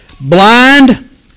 blind